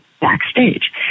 backstage